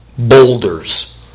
Boulders